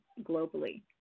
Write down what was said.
globally